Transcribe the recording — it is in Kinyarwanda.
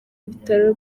bitaro